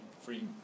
free